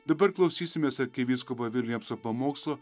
dabar klausysimės arkivyskupo viljamso pamokslo